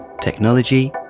technology